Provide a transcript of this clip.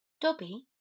Dobby